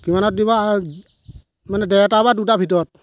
কিমানত দিব আ মানে ডেৰটা বা দুটা ভিতৰত